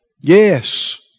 Yes